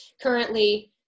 currently